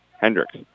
Hendricks